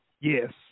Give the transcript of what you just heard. yes